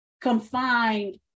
confined